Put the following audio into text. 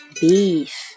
Beef